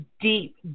deep